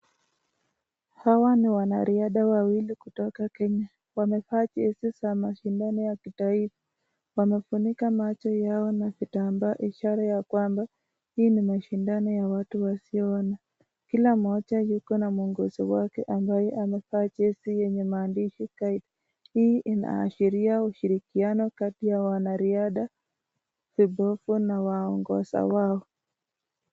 Hawa ni wanariadha wawili kutoka Kenya wamevaa jezi za mashindano ya kitaifa. Wamefunika macho yao na vitambaa ishara ya kwamba hii ni mashindano ya watu wasioona. Kila mmoja yuko na mwongozo wake ambaye amevaa jezi yenye maandishi kite. Hii inaashiria ushirikiano kati ya wanariadha, vifofu na waongoza wao.